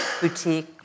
boutique